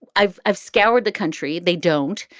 i've i've scoured the country. they don't.